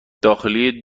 داخلی